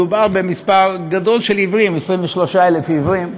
מדובר במספר גדול: 23,000 עיוורים,